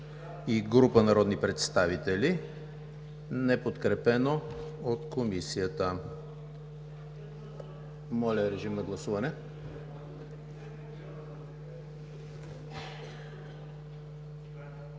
Моля, режим на гласуване.